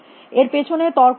এর পিছনে তর্কটি কী